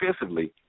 defensively